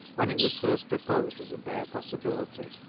when it was first proposed as a bare pos sibility,